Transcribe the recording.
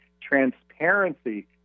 transparency